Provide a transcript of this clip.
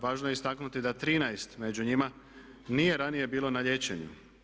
Važno je istaknuti da 13 među njima nije ranije bilo na liječenju.